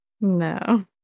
No